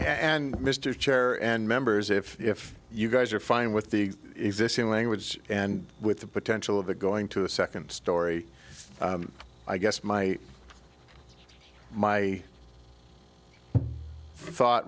and mr chair and members if you guys are fine with the existing language and with the potential of it going to a second story i guess my my thought